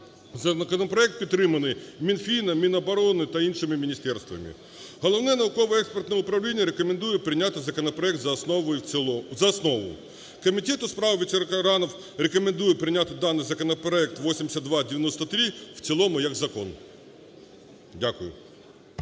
Законопроект підтриманий Мінфіном, Міноборони та іншими міністерствами. Головне науково-експертне управління рекомендує прийняти законопроект за основу і… за основу. Комітет у справах ветеранів рекомендує прийняти даний законопроект 8293 в цілому як закон. Дякую.